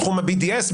בתחום ה-BDS,